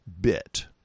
bit